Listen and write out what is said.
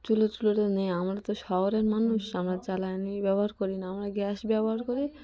চুলো চুলো তো নেই আমরা তো শহরের মানুষ আমরা জ্বালানি ব্যবহার করি না আমরা গ্যাস ব্যবহার করি